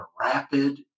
rapid